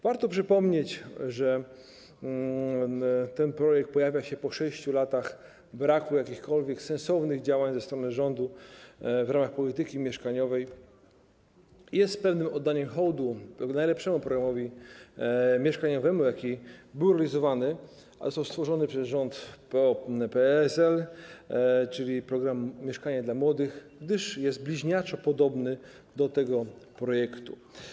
Warto przypomnieć, że ten projekt pojawia się po 6 latach braku jakichkolwiek sensownych działań ze strony rządu w ramach polityki mieszkaniowej i jest pewnym oddaniem hołdu najlepszemu programowi mieszkaniowemu, jaki był realizowany, a został stworzony przez rząd PO-PSL, czyli programowi „Mieszkanie dla młodych”, gdyż jest bliźniaczo podobny do tego projektu.